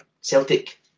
Celtic